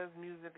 music